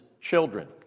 children